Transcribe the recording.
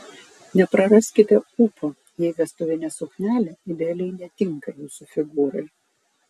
nepraraskite ūpo jei vestuvinė suknelė idealiai netinka jūsų figūrai